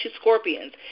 scorpions